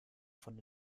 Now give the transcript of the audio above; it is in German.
von